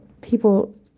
people